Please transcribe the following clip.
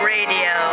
Radio